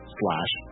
slash